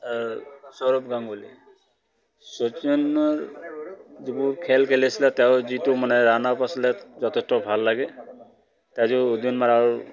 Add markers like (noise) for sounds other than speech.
আৰু সৌৰভ গাংগুলি শচীনে যিবোৰ খেল খেলিছিলে তেওঁৰ যিটো মানে ৰাণ আপ আছিলে যথেষ্ট ভাল লাগে (unintelligible)